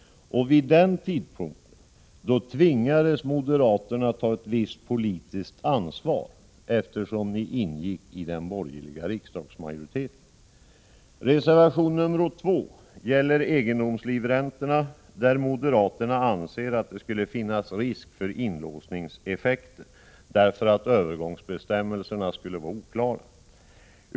Vid den tidpunkten tvingades moderaterna att ta ett visst ansvar, eftersom de ingick i den borgerliga riksdagsmajoriteten. Reservation 2 gäller egendomslivräntor. Där anser moderaterna att det finns risk för inlåsningseffekter, eftersom övergångsbestämmelserna skulle vara oklara.